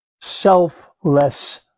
selfless